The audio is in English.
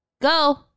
go